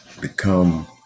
become